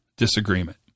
disagreement